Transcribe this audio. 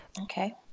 Okay